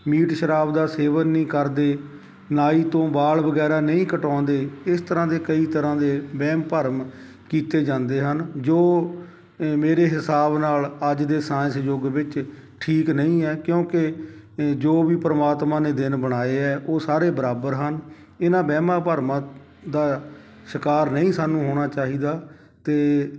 meat ਸ਼ਰਾਬ ਦਾ ਸੇਵਨ ਨਹੀਂ ਕਰਦੇ ਨਾਈ ਤੋਂ ਬਾਲ ਵਗੈਰਾ ਨਹੀਂ ਕਟਾਉਂਦੇ ਇਸ ਤਰ੍ਹਾਂ ਦੇ ਕਈ ਤਰ੍ਹਾਂ ਦੇ ਵਹਿਮ ਭਰਮ ਕੀਤੇ ਜਾਂਦੇ ਹਨ ਜੋ ਏ ਮੇਰੇ ਹਿਸਾਬ ਨਾਲ ਅੱਜ ਦੇ ਸਾਇੰਸ ਯੁੱਗ ਵਿੱਚ ਠੀਕ ਨਹੀਂ ਹੈ ਕਿਉਂਕਿ ਜੋ ਵੀ ਪਰਮਾਤਮਾ ਨੇ ਦਿਨ ਬਣਾਏ ਹੈ ਉਹ ਸਾਰੇ ਬਰਾਬਰ ਹਨ ਇਹਨਾਂ ਵਹਿਮਾਂ ਭਰਮਾਂ ਦਾ ਸ਼ਿਕਾਰ ਨਹੀਂ ਸਾਨੂੰ ਹੋਣਾ ਚਾਹੀਦਾ ਅਤੇ